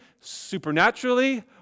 supernaturally